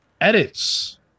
edits